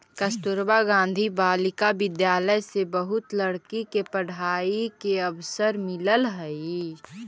कस्तूरबा गांधी बालिका विद्यालय से बहुत लड़की के पढ़ाई के अवसर मिलऽ हई